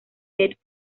get